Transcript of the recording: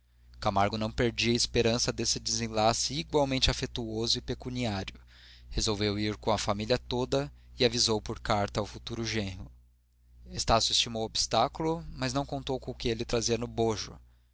camargo não perdia a esperança desse desenlace igualmente afetuoso e pecuniário resolveu ir com a família toda e avisou por carta ao futuro genro estácio estimou o obstáculo mas não contou com o que ele trazia no bojo